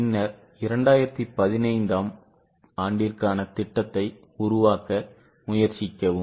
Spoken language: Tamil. பின்னர் 2015 ஆம் ஆண்டிற்கான திட்டத்தை உருவாக்க முயற்சிக்கவும்